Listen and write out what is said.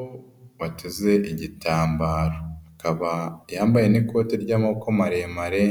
Umugabo wateze igitambaro, akaba yambaye n'ikote ry'amaboko maremare,